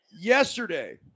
Yesterday